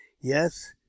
Yes